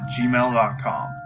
gmail.com